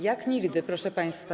Jak nigdy, proszę państwa.